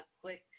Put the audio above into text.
quick